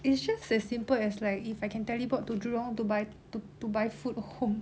it's just as simple as like if I can teleport to jurong to buy to to buy food home